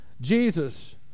Jesus